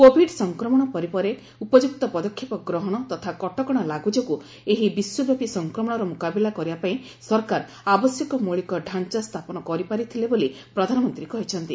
Covid ସଂକ୍ରମଣ ପରେ ପରେ ଉପଯୁକ୍ତ ପଦକ୍ଷେପ ଗ୍ରହଣ ତଥା କଟକଣା ଲାଗୁ ଯୋଗୁଁ ଏହି ବିଶ୍ୱବ୍ୟାପି ସଂକ୍ରମଣର ମୁକାବିଲା କରିବା ପାଇଁ ସରକାର ଆବଶ୍ୟକ ମୌଳିକ ଡାଂଚା ସ୍ଥାପନ କରିପାରିଥିଲେ ବୋଲି ପ୍ରଧାନମନ୍ତ୍ରୀ କହିଛନ୍ତି